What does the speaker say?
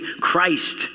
Christ